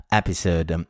episode